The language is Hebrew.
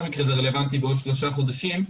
מקרה זה רלוונטי בעוד שלושה חודשים,